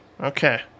Okay